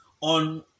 On